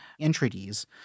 entreaties